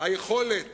היכולת